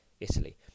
Italy